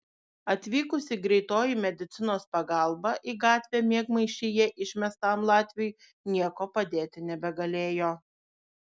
atvykusi greitoji medicinos pagalba į gatvę miegmaišyje išmestam latviui niekuo padėti nebegalėjo